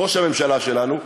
ראש הממשלה שלנו,